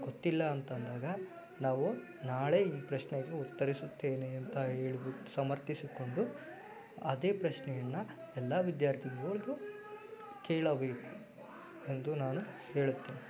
ಗೊತ್ತಿಲ್ಲ ಅಂತಂದಾಗ ನಾವು ನಾಳೆ ಈ ಪ್ರಶ್ನೆಗೆ ಉತ್ತರಿಸುತ್ತೇನೆ ಅಂತ ಹೇಳ್ಬಿಟ್ಟು ಸಮರ್ಥಿಸಿಕೊಂಡು ಅದೇ ಪ್ರಶ್ನೆಯನ್ನು ಎಲ್ಲ ವಿದ್ಯಾರ್ಥಿಗಳಿಗೂ ಕೇಳಬೇಕು ಎಂದು ನಾನು ಹೇಳುತ್ತೇನೆ